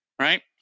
Right